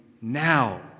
now